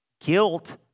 Guilt